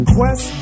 Quest